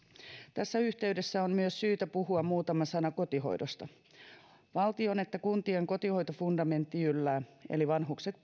tässä yhteydessä on myös syytä puhua muutama sana kotihoidosta sekä valtion että kuntien kotihoitofundamentti jyllää eli vanhukset